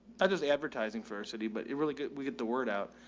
that does advertising for city, but it really good. we get the word out.